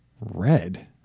Red